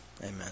amen